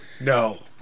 no